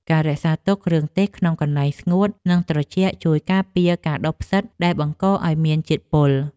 ការរក្សាទុកគ្រឿងទេសក្នុងកន្លែងស្ងួតនិងត្រជាក់ ជួយការពារការដុះផ្សិតដែលបង្កឱ្យមានជាតិពុល។